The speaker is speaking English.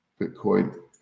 bitcoin